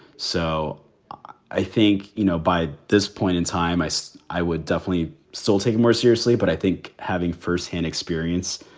so i think, you know, by this point in time, i. so i would definitely still take more seriously. but i think having first hand experience,